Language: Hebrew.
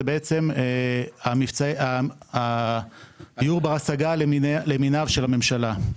זה בעצם דיור בר השגה למיניו של הממשלה.